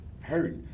hurt